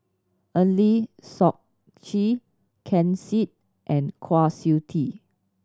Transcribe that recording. Eng Lee Seok Chee Ken Seet and Kwa Siew Tee